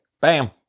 Bam